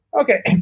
Okay